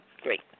Great